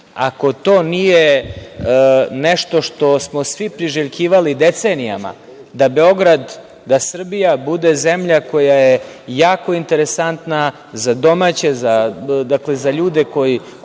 ako to nije nešto što smo svi priželjkivali decenijama, da Beograd, da Srbija bude zemlja koja je jako interesantna za ljude koji